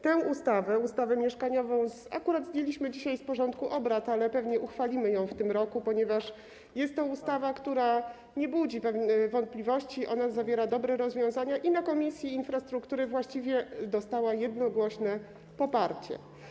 Tę ustawę, ustawę mieszkaniową, akurat zdjęliśmy dzisiaj z porządku obrad, ale pewnie uchwalimy ją w tym roku, ponieważ jest to ustawa, która nie budzi wątpliwości, ona zawiera dobre rozwiązania i w Komisji Infrastruktury właściwie dostała jednogłośne poparcie.